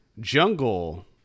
Jungle